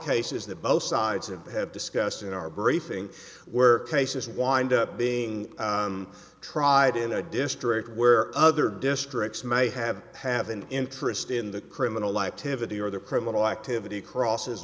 cases that both sides of have discussed in our briefing where cases wind up being tried in a district where other districts may have have an interest in the criminal activity or their criminal activity crosses